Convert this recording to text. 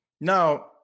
now